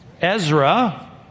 Ezra